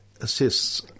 assists